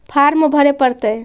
Farm भरे परतय?